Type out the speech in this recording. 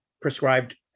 prescribed